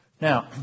Now